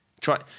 try